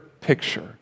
picture